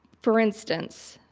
for instance,